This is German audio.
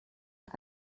der